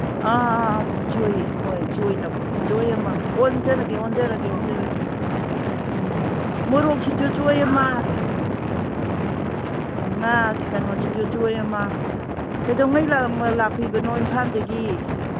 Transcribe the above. ꯑ ꯑ ꯑ ꯆꯣꯏ ꯑꯃ ꯑꯣꯟꯖꯔꯒꯦ ꯑꯣꯟꯖꯔꯒꯦ ꯑꯣꯟꯖꯔꯒꯦ ꯎꯝ ꯃꯣꯔꯣꯛꯁꯤꯁꯨ ꯆꯣꯏ ꯑꯃ ꯉꯥ ꯀꯩꯅꯣꯁꯤꯁꯨ ꯆꯣꯏ ꯑꯃ ꯀꯩꯗꯧꯉꯩ ꯂꯥꯛꯄꯤꯕꯅꯣ ꯏꯝꯐꯥꯜꯗꯒꯤ